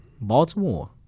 Baltimore